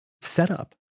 setup